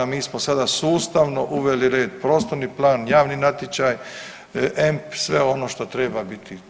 Mi smo sada sustavno uveli red – prostorni plan, javni natječaj, EMP, sve ono što treba biti.